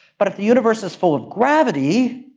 but if the universe is full of gravity,